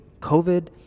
COVID